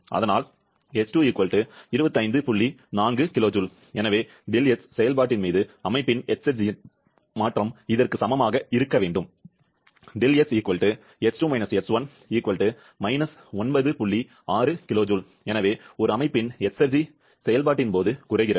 அதனால் எனவே ΔX செயல்பாட்டின் மீது கணினியின் எஸ்ர்ஜியின் மாற்றம் இதற்கு சமமாக இருக்க வேண்டும் எனவே ஒரு அமைப்பின் எஸ்ர்ஜி செயல்பாட்டின் போது குறைகிறது